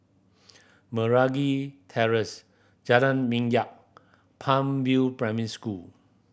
Meragi Terrace Jalan Minyak Palm View Primary School